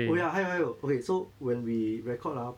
oh ya 还有还有 okay so when we record ah